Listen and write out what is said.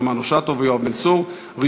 3925 ו-3926,